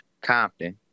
Compton